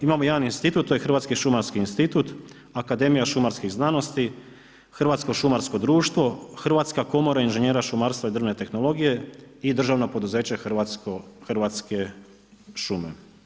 Imamo jedan institut, to je Hrvatski šumarski institut, akademija šumarskih znanosti, Hrvatsko šumarsko društvo, Hrvatska komora, inženjera, šumarstva i drvne tehnologije i državna poduzeća Hrvatske šume.